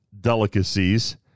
delicacies